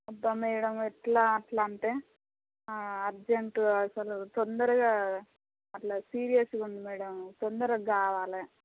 అబ్బా మేడమ్ ఎట్లా అలా అంటే అర్జెంటు అసలు తొందరగా అట్లా సిరీయస్గా ఉంది మేడమ్ తొందరగా కావాలి